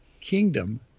kingdom